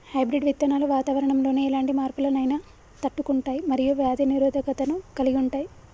hybrid విత్తనాలు వాతావరణంలోని ఎలాంటి మార్పులనైనా తట్టుకుంటయ్ మరియు వ్యాధి నిరోధకతను కలిగుంటయ్